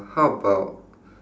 how about